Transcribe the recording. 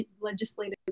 legislative